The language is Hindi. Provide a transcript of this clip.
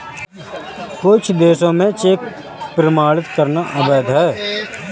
कुछ देशों में चेक प्रमाणित करना अवैध है